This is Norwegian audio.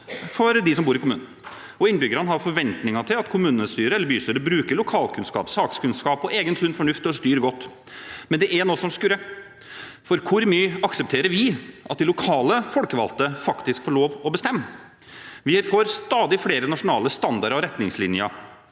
for dem som bor i kommunene. Og innbyggerne har forventninger til at kommunestyret eller bystyret bruker lokalkunnskap, sakskunnskap og egen sunn fornuft til å styre godt. Men det er noe som skurrer, for hvor mye aksepterer vi at de lokale folkevalgte faktisk får lov til å bestemme? Vi har fått stadig flere nasjonale standarder og retningslinjer